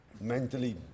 mentally